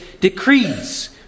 decrees